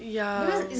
ya